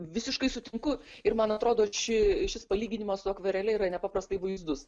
visiškai sutinku ir man atrodo čia šis palyginimas su akvarele yra nepaprastai vaizdus